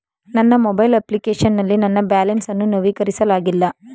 ನನ್ನ mobile application ನಲ್ಲಿ ನನ್ನ ಬ್ಯಾಲೆನ್ಸ್ ಅನ್ನು ನವೀಕರಿಸಲಾಗಿಲ್ಲ